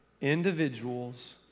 individuals